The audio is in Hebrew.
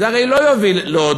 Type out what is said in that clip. זה הרי לא יוביל להודאה,